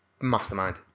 Mastermind